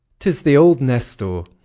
tis the old nestor.